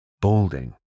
balding